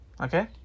Okay